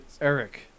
eric